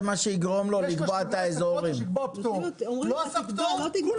לא עשה פטור?